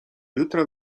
jutra